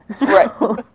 Right